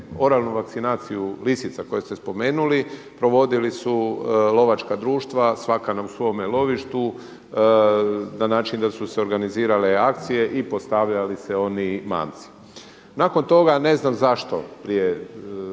oralnu vakcinaciju lisica koje ste spomenuli provodili su lovačka društva svaka u svome lovištu na način da su se organizirale akcije i postavljali se mamci. Nakon toga, ne znam zašto, prije